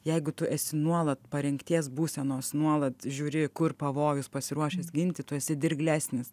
jeigu tu esi nuolat parengties būsenos nuolat žiūri kur pavojus pasiruošęs ginti tu esi dirglesnis